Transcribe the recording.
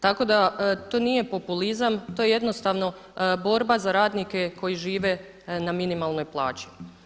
Tako da to nije populizam, to je jednostavno borba za radnike koji žive na minimalnoj plaći.